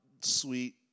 sweet